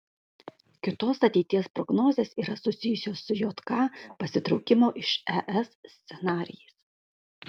kitos ateities prognozės yra susijusios su jk pasitraukimo iš es scenarijais